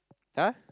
!huh!